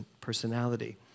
personality